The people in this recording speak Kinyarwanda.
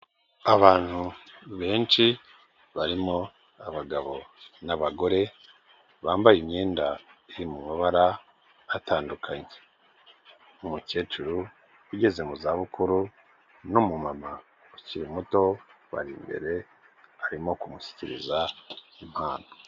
Abantu benshi, barimo abagabo n'abagore, bambaye imyenda iri mu mabara atandukanye. Umukecuru ugeze mu zabukuru n'umumama ukiri muto, bari imbere arimo kumushyikiriza impano.